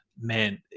man